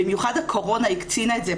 במיוחד הקורונה הקצינה את זה,